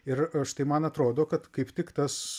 ir štai man atrodo kad kaip tik tas su